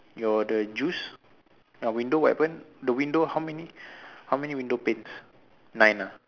your the juice ah window what happened the window how many how many window panes nine ah